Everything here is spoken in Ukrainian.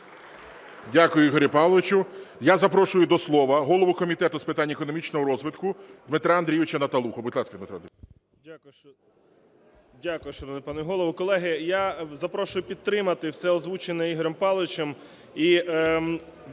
Дякую, Ігорю Павловичу. Я запрошую до слова голову Комітету з питань економічного розвитку Дмитра Андрійовича Наталуху. Будь ласка, Дмитро